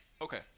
Okay